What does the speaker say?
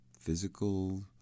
physical